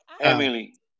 Emily